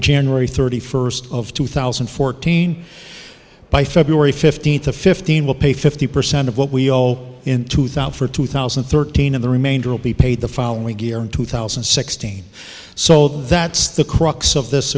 january thirty first of two thousand and fourteen by february fifteenth or fifteen we'll pay fifty percent of what we owe in two thousand for two thousand and thirteen in the remainder will be paid the following we gear in two thousand and sixteen so that's the crux of this